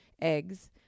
eggs